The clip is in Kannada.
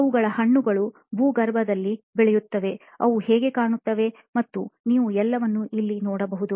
ಅವುಗಳ ಹಣ್ಣುಗಳು ಭೂಗರ್ಭದಲ್ಲಿ ಬೆಳೆಯುತ್ತವೆ ಅವು ಹೇಗೆ ಕಾಣುತ್ತವೆ ಮತ್ತು ನೀವು ಎಲ್ಲವನ್ನೂ ಇಲ್ಲಿ ನೋಡಬಹುದು